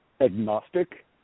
agnostic